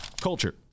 Culture